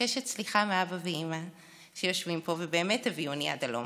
ומבקשת סליחה מאבא ואימא שיושבים פה ובאמת הביאוני עד הלום,